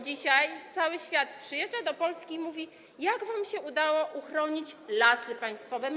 Dzisiaj cały świat przyjeżdża do Polski i mówi: Jak wam się udało uchronić państwowe lasy?